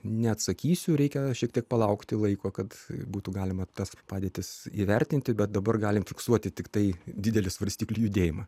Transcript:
neatsakysiu reikia šiek tiek palaukti laiko kad būtų galima tas padėtis įvertinti bet dabar galim fiksuoti tiktai didelį svarstyklių judėjimą